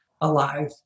alive